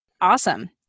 Awesome